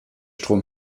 strom